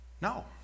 No